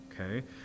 Okay